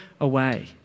away